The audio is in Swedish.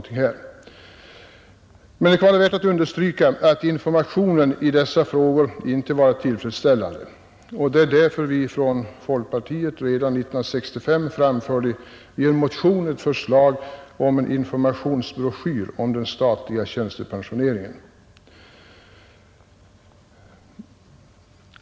Det kan emellertid vara värt att understryka att informationen i dessa frågor inte varit tillfredsställande. Det är därför vi från folkpartiet redan 1965 i en motion framförde ett förslag om en informationsbroschyr rörande den statliga tjänstepensioneringen.